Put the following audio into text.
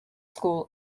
school